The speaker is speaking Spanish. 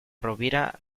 rovira